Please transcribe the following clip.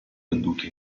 venduti